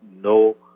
no